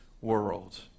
world